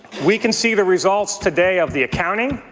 we can see the results today of the accounting